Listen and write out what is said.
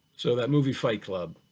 so that movie, fight club.